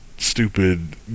Stupid